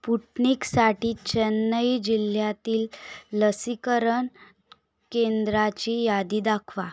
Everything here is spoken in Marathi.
पुटनिकसाठी चेन्नई जिल्ह्यातील लसीकरण केंद्राची यादी दाखवा